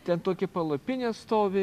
ten tokia palapinė stovi